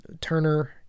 Turner